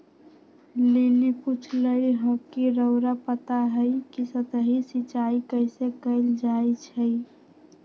lily पुछलई ह कि रउरा पता हई कि सतही सिंचाई कइसे कैल जाई छई